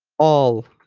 all